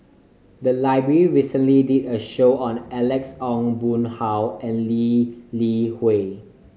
the library recently did a roadshow on Alex Ong Boon Hau and Lee Li Hui